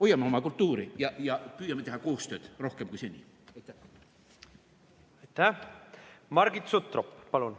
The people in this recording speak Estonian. Hoiame oma kultuuri ja püüame teha koostööd rohkem kui seni! Margit Sutrop, palun!